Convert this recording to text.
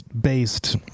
based